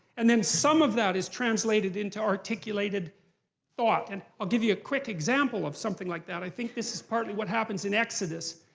and then some of that is translated into articulated thought. and i'll give you a quick example of something like that. i think this is partly what happens in exodus,